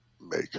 make